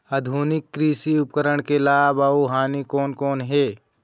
आधुनिक कृषि उपकरण के लाभ अऊ हानि कोन कोन हे?